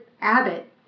Abbott